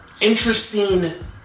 interesting